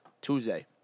Tuesday